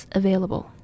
available